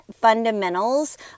fundamentals